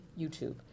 YouTube